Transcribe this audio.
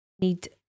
need